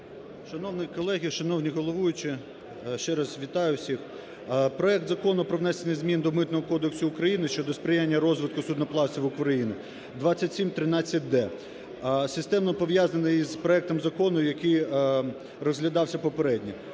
Шановні колеги, шановний головуючий, ще раз вітаю всіх. Проект Закону про внесення змін до Митного кодексу України (щодо сприяння розвитку судноплавства в Україні) (2713-д) системно пов'язаний із проектом Закону, який розглядався попередньо.